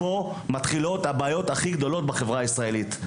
כאן מתחילות הבעיות הכי גדולות בחברה הישראלית.